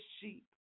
sheep